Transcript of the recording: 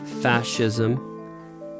fascism